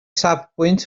safbwynt